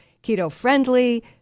Keto-friendly